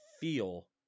feel